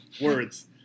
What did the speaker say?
Words